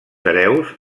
hereus